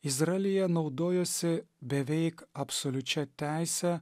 izraelyje naudojosi beveik absoliučia teise